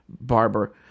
Barber